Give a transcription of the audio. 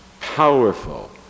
powerful